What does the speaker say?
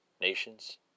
nations